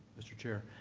mr. chair.